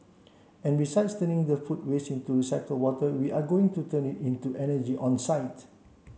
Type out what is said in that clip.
and besides turning the food waste into recycled water we are going to turn it into energy on site